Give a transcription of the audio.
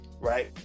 Right